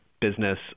business